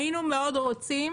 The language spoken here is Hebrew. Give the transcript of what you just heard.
היינו מאוד רוצים